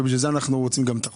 ובשביל זה אנחנו רוצים גם את החוק,